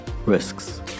risks